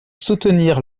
soutenir